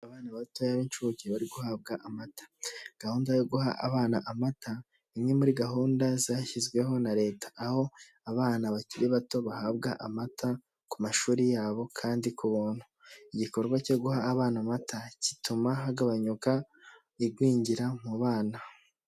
Abana batoya b'incuke bari guhabwa amata, gahunda yo guha abana amata ni imwe muri gahunda zashyizweho na Leta. Aho abana bakiri bato bahabwa amata ku mashuri yabo kandi ku buntu, igikorwa cyo guha abana amata kituma hagabanyuka igwingira mu bana.